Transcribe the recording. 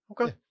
Okay